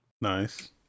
nice